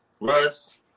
Russ